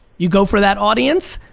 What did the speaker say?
you go for that audience,